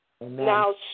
Now